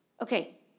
Okay